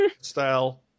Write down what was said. style